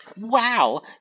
Wow